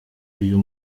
uyu